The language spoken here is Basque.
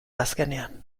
azkenean